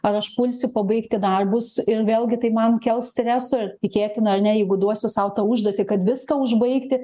ar aš pulsiu pabaigti darbus ir vėlgi tai man kels streso ir tikėkime ar ne jeigu duosiu sau tą užduotį kad viską užbaigti